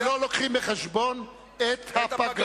כשלא מביאים בחשבון את הפגרה.